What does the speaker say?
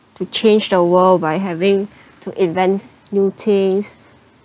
to change the world by having to invent new things